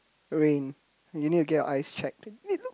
rain you need to get your eyes checked